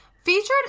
Featured